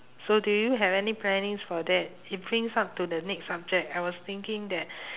so do you have any plannings for that it brings up to the next subject I was thinking that